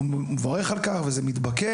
משרד האוצר מברך על כך וזה מתבקש,